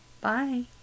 Bye